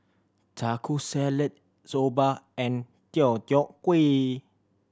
Taco Salad Soba and Deodeok Gui